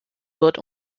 wird